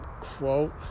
quote